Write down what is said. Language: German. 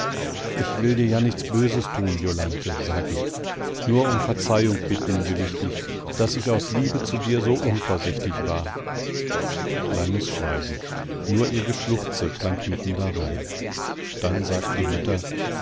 ich will dir ja nichts böses tun jolanthe sag ich nur um verzeihung bitten will ich dich daß ich aus liebe zu dir so unvorsichtig war langes schweigen nur ihr geschluchze klang mitten darein dann sagt die mutter